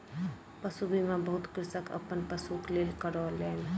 पशु बीमा बहुत कृषक अपन पशुक लेल करौलेन